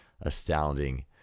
astounding